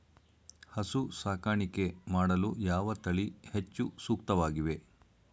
ಹಸು ಸಾಕಾಣಿಕೆ ಮಾಡಲು ಯಾವ ತಳಿ ಹೆಚ್ಚು ಸೂಕ್ತವಾಗಿವೆ?